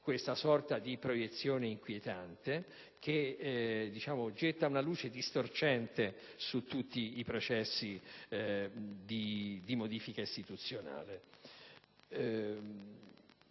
questa sorte di proiezione inquietante che getta una luce distorcente su tutti i processi di modifica istituzionale.